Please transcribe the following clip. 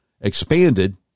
expanded